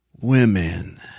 women